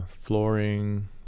flooring